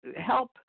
help